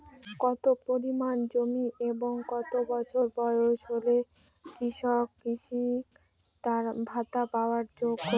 কত পরিমাণ জমি এবং কত বছর বয়স হলে কৃষক কৃষি ভাতা পাওয়ার যোগ্য?